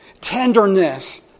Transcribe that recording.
Tenderness